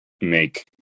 make